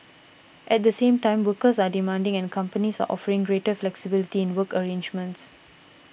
at the same time workers are demanding and companies are offering greater flexibility in work arrangements